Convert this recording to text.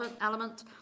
element